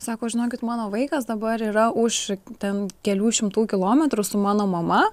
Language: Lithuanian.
sako žinokit mano vaikas dabar yra už ten kelių šimtų kilometrų su mano mama